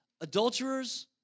adulterers